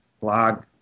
blog